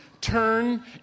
turn